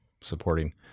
supporting